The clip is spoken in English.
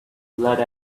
blood